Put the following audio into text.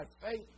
faith